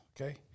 okay